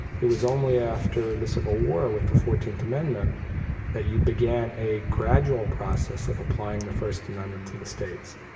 it was only after the civil war with the fourteenth amendment that you began a gradual process of applying the first amendment to the states.